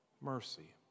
mercy